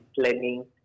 planning